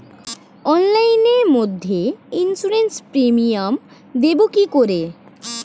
অনলাইনে মধ্যে insurance premium দেবো কি করে?